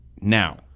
Now